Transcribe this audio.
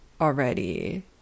already